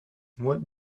what